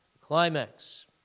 Climax